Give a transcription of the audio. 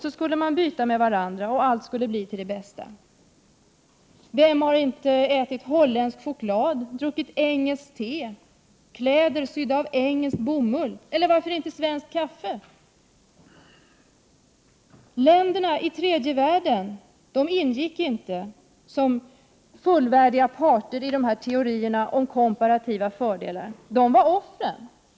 Så skulle man byta med varandra, och allt skulle bli till det bästa. Vem har inte ätit holländsk choklad, druckit engelskt te, använt kläder sydda av engelsk bomull — eller varför inte druckit svenskt kaffe? Länderna i tredje världen ingick inte som fullvärdiga parter i dessa teorier om komparativa fördelar. De var offren.